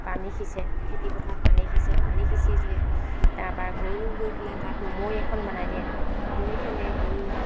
পানী সিঁচে খেতিপথাৰত পানী সিঁচে পানী সিঁচিলে তাপা গৰু লৈ পেলাই তাত মৈ এখন বনাই দিয়ে মৈখনে গৰু